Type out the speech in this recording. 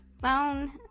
phone